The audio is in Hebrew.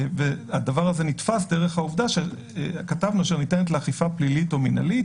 הדבר הזה נתפס דרך העובדה שכתבנו: "שניתנת לאכיפה פלילית או מנהלית"